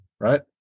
Right